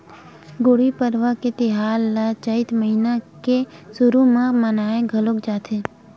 गुड़ी पड़वा तिहार ल चइत महिना के सुरू म मनाए घलोक जाथे